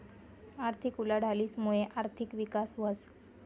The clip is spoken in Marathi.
आर्थिक उलाढालीस मुये आर्थिक विकास व्हस